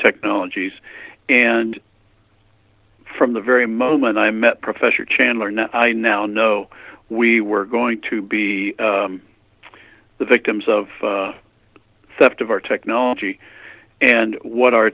technologies and from the very moment i met professor chandler now i now know we were going to be the victims of sept of our technology and what our